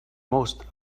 most